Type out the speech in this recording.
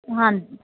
ਹਾਜ